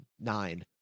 nine